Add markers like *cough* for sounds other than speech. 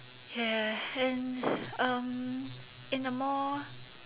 ya and *breath* um in a more